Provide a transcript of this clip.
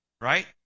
right